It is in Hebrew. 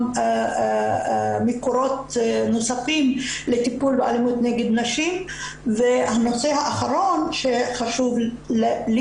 מקורות נוספים לטיפול באלימות נגד נשים והנושא האחרון שחשוב לי